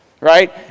right